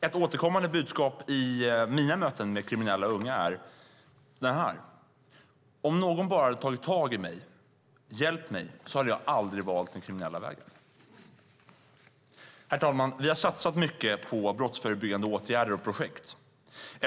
Ett återkommande budskap i mina möten med kriminella unga är detta: Om någon bara hade tagit tag i mig och hjälpt mig så hade jag aldrig valt den kriminella vägen. Herr talman! Vi har satsat mycket på brottsförebyggande åtgärder och projekt.